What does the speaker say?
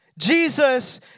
Jesus